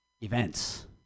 events